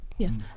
Yes